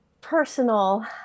personal